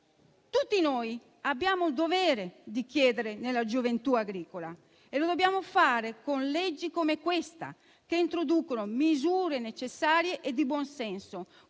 Tutti noi abbiamo il dovere di credere nella gioventù agricola e lo dobbiamo fare con leggi come questa, che introducono misure necessarie e di buon senso,